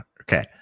Okay